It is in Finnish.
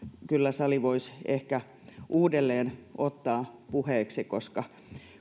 kyllä sali voisi ehkä uudelleen ottaa puheeksi koska